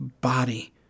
body